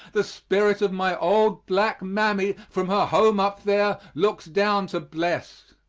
the spirit of my old black mammy, from her home up there, looks down to bless,